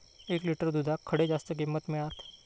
एक लिटर दूधाक खडे जास्त किंमत मिळात?